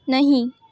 नहीं